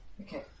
Okay